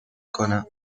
کنم